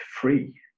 free